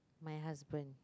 my husband